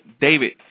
David